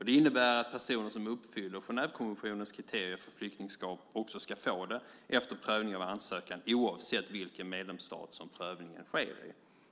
Det innebär att personer som uppfyller Genèvekonventionens kriterier för flyktingskap också ska få det efter prövning av ansökan, oavsett vilken medlemsstat prövningen sker i.